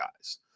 guys